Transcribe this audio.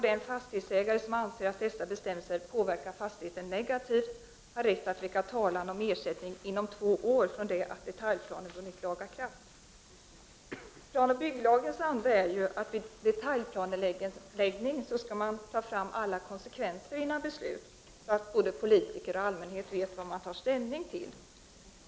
Den fastighetsägare som anser att dessa bestämmelser påverkar fastigheten negativt har rätt att väcka talan om ersättning inom två år från det att detaljplanen har vunnit laga kraft. Enligt planoch bygglagens anda skall man ju i detaljplanläggning visa alla konsekvenser före beslutet, så att både politiker och allmänhet vet vad man tar ställning till.